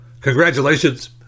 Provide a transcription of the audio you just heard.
Congratulations